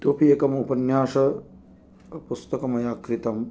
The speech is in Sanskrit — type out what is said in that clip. इतोऽपि एकं उपन्यासपुस्तकं मया क्रीतं